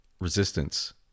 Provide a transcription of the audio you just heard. resistance